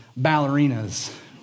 ballerinas